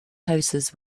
houses